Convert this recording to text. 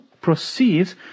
proceeds